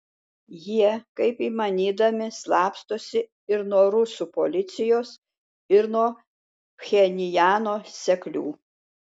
jie kaip įmanydami slapstosi ir nuo rusų policijos ir nuo pchenjano seklių